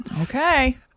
Okay